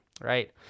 Right